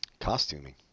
costuming